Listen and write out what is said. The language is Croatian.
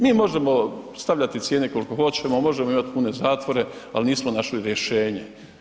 Mi možemo stavljati cijene koliko hoćemo, možemo imati pune zatvore, ali nismo našli rješenje.